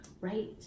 Right